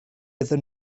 iddyn